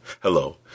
Hello